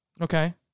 Okay